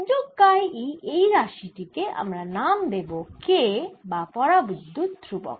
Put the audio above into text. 1 যোগ কাই e এই রাশি টি কে আমরা নাম দেব K বা পরাবিদ্যুত ধ্রুবক